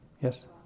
Yes